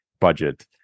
budget